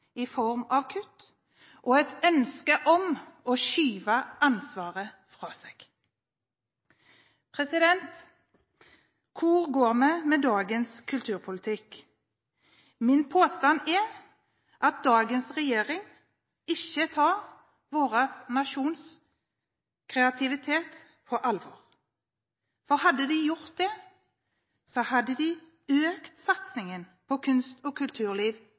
i form av kutt og et ønske om å skyve ansvaret fra seg. Hvor går vi med dagens kulturpolitikk? Min påstand er at dagens regjering ikke tar vår nasjons kreativitet på alvor. Hadde de gjort det, hadde de økt satsingen på kunst og kulturliv